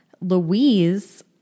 Louise